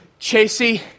Chasey